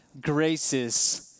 graces